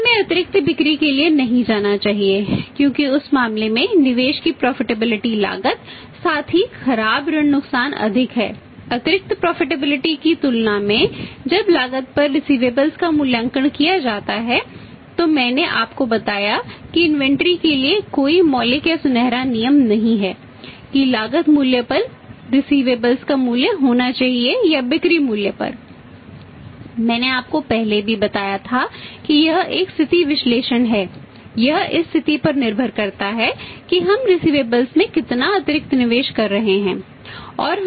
और हमें अतिरिक्त बिक्री के लिए नहीं जाना चाहिए क्योंकि उस मामले में निवेश की प्रॉफिटेबिलिटी में कितना अतिरिक्त निवेश कर रहे हैं